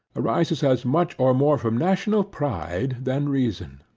arises as much or more from national pride than reason.